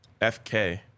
FK